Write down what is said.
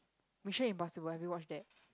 Mission-Impossible have you watched that